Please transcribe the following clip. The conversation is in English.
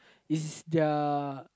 is their